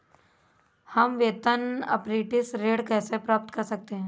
हम वेतन अपरेंटिस ऋण कैसे प्राप्त कर सकते हैं?